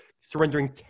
surrendering